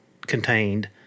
contained